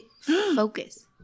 focus